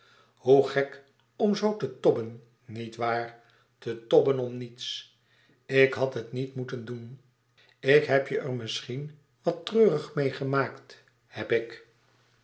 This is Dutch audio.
hoe gek om zoo te tobben nietwaar te tobben om niets ik had het niet moeten doen ik heb je er misschien wat treurig meê gemaakt heb ik